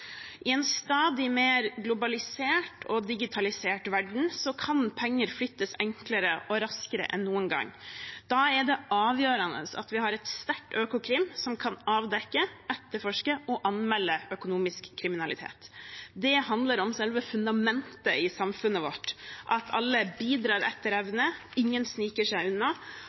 I en stadig mer globalisert og digitalisert verden kan penger flyttes enklere og raskere enn noen gang. Da er det avgjørende at vi har et sterkt Økokrim som kan avdekke, etterforske og anmelde økonomisk kriminalitet. Det handler om selve fundamentet i samfunnet vårt, at alle bidrar etter evne, ingen sniker seg unna.